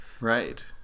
Right